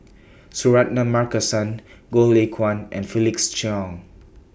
Suratman Markasan Goh Lay Kuan and Felix Cheong